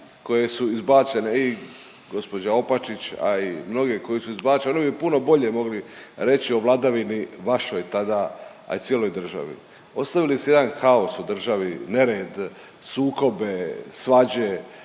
koje su izbačene i gospođa Opačić, a i mnoge koje su izbačene, one bi puno bolje mogli reći o vladavini vašoj tada, a i cijeloj državi. Ostavili su jedan haos u državi, nerede, sukobe, svađe,